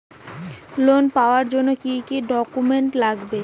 Loan পাওয়ার জন্যে কি কি ডকুমেন্ট লাগবে?